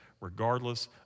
regardless